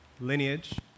lineage